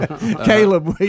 Caleb